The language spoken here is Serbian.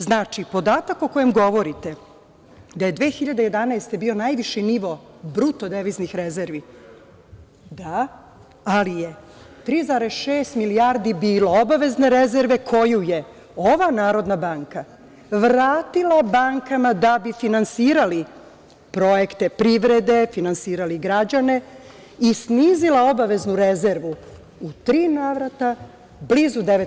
Znači, podatak o kojem govorite da je 2011. godine bio najviši nivo bruto deviznih rezervi, da, ali je 3,6 milijardi bilo obavezne rezerve koju je ova Narodna banka vratila bankama da bi finansirali projekte privrede, finansirali građane i snizila obaveznu rezervu u tri navrata blizu 9%